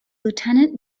lieutenant